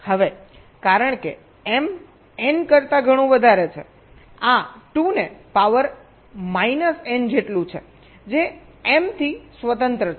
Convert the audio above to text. હવે કારણ કે m n કરતાં ઘણું વધારે છે આ 2 ને પાવર માઇનસ n જેટલું છે જે m થી સ્વતંત્ર છે